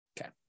Okay